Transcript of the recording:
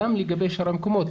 גם לגבי שאר המקומות,